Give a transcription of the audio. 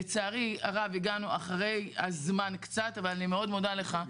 לצערי הרב הגענו אחרי הזמן קצת אבל אני מאוד מודה לך,